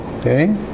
okay